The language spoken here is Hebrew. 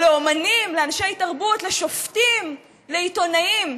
או לאומנים, לאנשי תרבות, לשופטים, לעיתונאים,